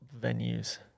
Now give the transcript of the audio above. venues